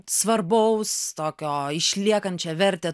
svarbaus tokio išliekančią vertę